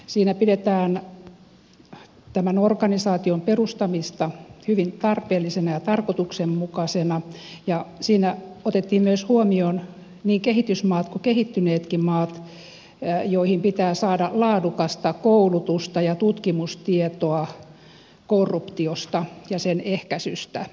niissä pidetään tämän organisaation perustamista hyvin tarpeellisena ja tarkoituksenmukaisena ja niissä otettiin myös huomioon niin kehitysmaat kuin kehittyneetkin maat joihin pitää saada laadukasta koulutusta ja tutkimustietoa korruptiosta ja sen ehkäisystä